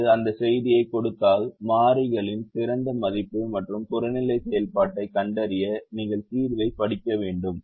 அது அந்த செய்தியைக் கொடுத்தால் மாறிகளின் சிறந்த மதிப்பு மற்றும் புறநிலை செயல்பாட்டைக் கண்டறிய நீங்கள் தீர்வைப் படிக்க வேண்டும்